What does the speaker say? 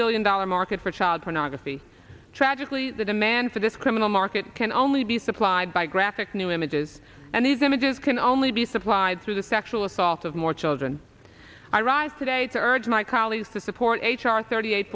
billion dollar market for child pornography tragically the demand for this criminal market can only be supplied by graphic new images and these images can only be supplied through the sexual assault of more children arrive today to urge my colleagues to support h r thirty eight